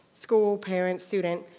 school, parents, student,